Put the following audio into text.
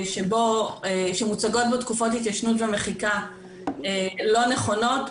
שמוצגות בו תקופות התיישנות ומחיקה לא נכונות,